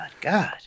God